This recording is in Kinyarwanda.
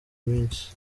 minsi